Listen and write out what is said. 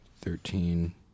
Thirteen